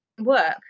work